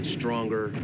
stronger